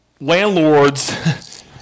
landlords